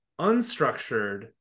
unstructured